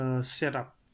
setup